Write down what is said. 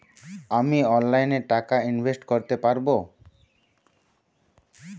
আমি অনলাইনে টাকা ইনভেস্ট করতে পারবো?